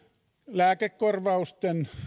lääkekorvausten